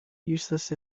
useless